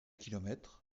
kilomètres